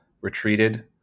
retreated